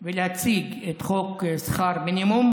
ולהציג את חוק שכר מינימום,